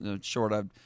short